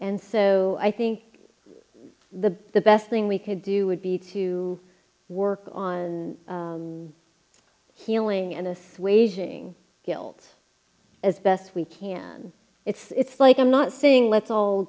and so i think the the best thing we could do would be to work on healing and assuaging guilt as best we can it's like i'm not saying let's all